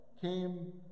came